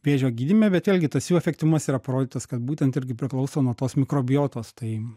vėžio gydyme bet vėlgi tas jų efektyvumas yra parodytas kad būtent irgi priklauso nuo tos mikrobiotos tai